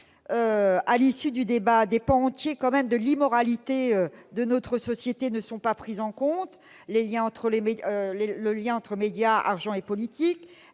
à l'issue du débat, des pans entiers de l'immoralité de notre société ne sont pas pris en compte : le lien entre médias, argent et politique,